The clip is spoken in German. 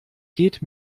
geht